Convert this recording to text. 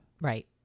Right